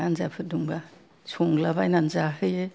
आन्जाफोर दंबा संलाबायनानै जाहोयो